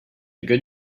good